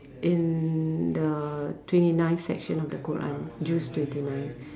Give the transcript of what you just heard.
in the twenty ninth section of the Quran juz twenty nine